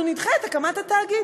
אנחנו נדחה את הקמת התאגיד,